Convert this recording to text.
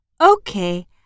Okay